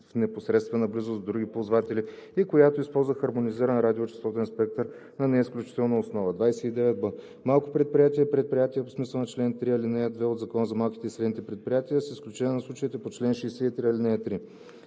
в непосредствена близост до други ползватели, и която използва хармонизиран радиочестотен спектър на неизключителна основа. 29б. „Малко предприятие“ е предприятие по смисъла на чл. 3, ал. 2 от Закона за малките и средните предприятия, с изключение на случаите по чл. 63, ал. 3.“